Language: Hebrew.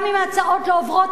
גם אם ההצעות לא עוברות,